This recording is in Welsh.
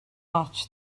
ots